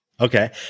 Okay